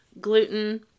gluten